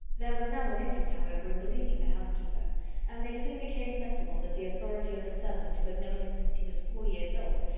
there was now an interest, however, in believing the housekeeper and they soon became sensible that the authority of a servant who had known him since he was four years old,